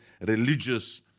religious